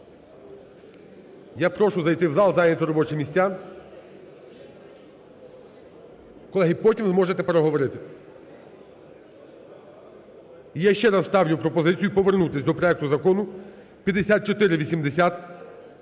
Я прошу зайти в зал, зайняти робочі місця. Колеги, потім зможете переговорити. Я ще раз ставлю пропозицію повернутись до проекту Закону 5480.